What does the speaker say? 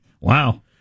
Wow